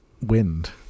Wind